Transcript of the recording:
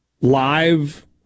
live